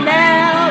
now